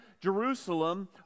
Jerusalem